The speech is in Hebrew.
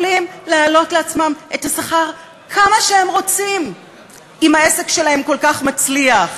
יכולים להעלות לעצמם את השכר כמה שהם רוצים אם העסק שלהם כל כך מצליח,